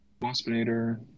Waspinator